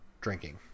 drinking